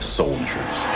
soldiers